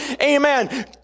Amen